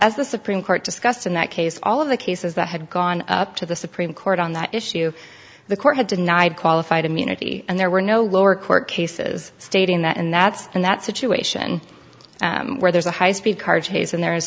the supreme court discussed in that case all of the cases that had gone up to the supreme court on that issue the court had denied qualified immunity and there were no lower court cases stating that and that's in that situation where there's a high speed car chase and there is